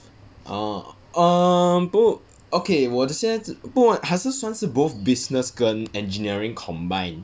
orh um 不 okay 我的现在不还是算是 both business 跟 engineering combined